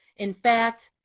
in fact,